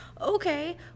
Okay